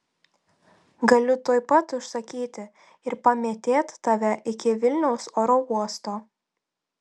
galiu tuoj pat užsakyti ir pamėtėt tave iki vilniaus oro uosto